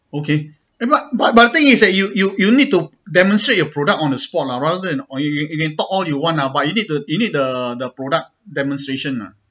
okay eh but but the thing is that you you you need to demonstrate your product on the spot lah rather than uh you you can talk all you want but you need the you need the the product demonstration lah